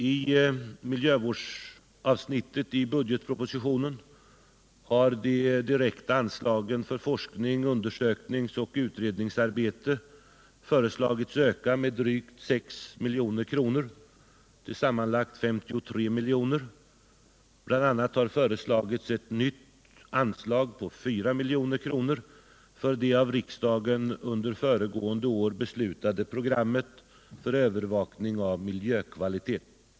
I miljövårdsavsnittet i budgetpropositionen har de direkta anslagen för forsknings-, undersökningsoch utredningsarbete föreslagits öka med drygt 6 milj.kr. till sammanlagt ca 53 milj.kr. BI. a. har föreslagits ett nytt anslag på 4 milj.kr. för det av riksdagen under föregående år beslutade programmet för övervakning av miljökvalitet.